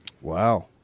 Wow